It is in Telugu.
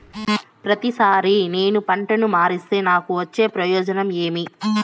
ప్రతిసారి నేను పంటను మారిస్తే నాకు వచ్చే ప్రయోజనం ఏమి?